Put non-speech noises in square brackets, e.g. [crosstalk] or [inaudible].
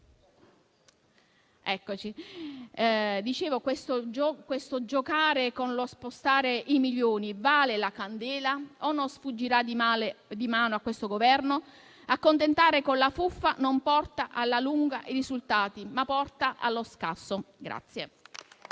Presidente. Questo giocare a spostare i milioni vale la candela o non sfuggirà di mano al Governo? Accontentare con la fuffa non porta alla lunga i risultati, ma porta allo scasso. [applause]